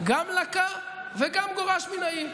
גם לקה וגם גורש מן העיר.